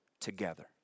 together